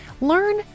Learn